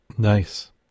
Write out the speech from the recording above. Nice